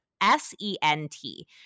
S-E-N-T